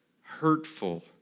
hurtful